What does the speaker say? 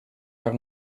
haar